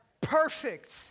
perfect